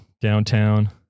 downtown